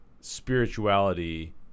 spirituality